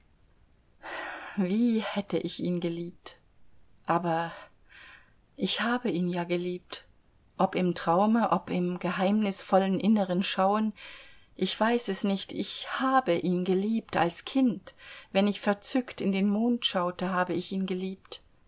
wie hätte ich ihn geliebt aber ich habe ihn ja geliebt ob im traume ob im geheimnisvollen inneren schauen ich weiß es nicht ich habe ihn geliebt als kind wenn ich verzückt in den mond schaute ich habe ihn geliebt